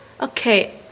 Okay